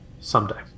someday